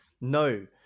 No